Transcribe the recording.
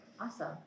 Awesome